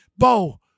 Bo